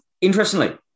interestingly